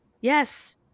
Yes